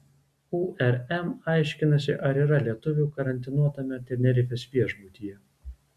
urm aiškinasi ar yra lietuvių karantinuotame tenerifės viešbutyje